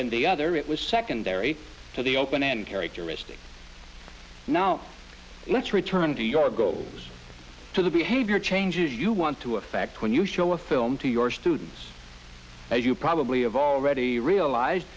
in the other it was secondary to the open and characteristic now let's return to your goals to the behavior changes you want to affect when you show a film to your students as you probably have already realize